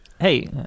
Hey